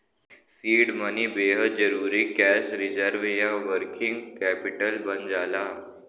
seed money बेहद जरुरी cash reserve या वर्किंग कैपिटल बन जाला